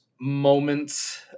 moments